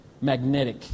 magnetic